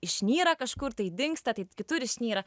išnyra kažkur tai dingsta tai kitur išnyra